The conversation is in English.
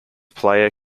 player